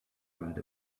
right